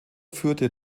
führte